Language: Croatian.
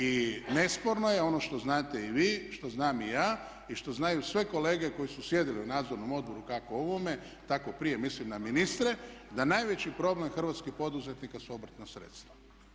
I nesporno je, ono što znate i vi, što znam i ja i što znaju sve kolege koje su sjedile u nadzornom odboru, kako ovome, tako i prije, mislim na ministre, da najveći problem hrvatskih poduzetnika su obrtna sredstva.